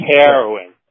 heroin